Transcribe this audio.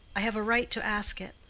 i have a right to ask it.